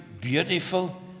beautiful